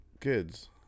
kids